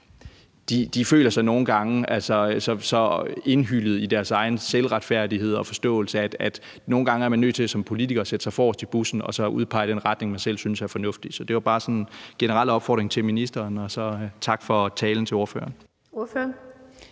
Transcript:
de føler sig nogle gange så indhyllet i deres egen selvretfærdighed og -forståelse, at nogle gange er man nødt til som politiker at sætte sig forrest i bussen og så udpege den retning, man selv synes er fornuftig. Så det var bare sådan en generel opfordring til ministeren. Og så tak til ordføreren